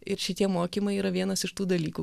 ir šitie mokymai yra vienas iš tų dalykų